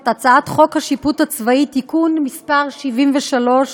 את הצעת חוק השיפוט הצבאי (תיקון מס' 73),